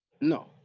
No